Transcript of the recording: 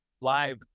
live